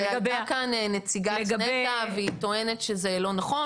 הייתה כאן נציגת נת"ע והיא טוענת שזה לא נכון